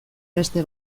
beste